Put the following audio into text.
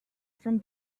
from